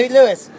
Lewis